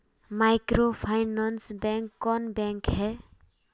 Microfinance bank कौन bank है?